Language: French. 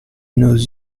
nos